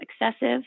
excessive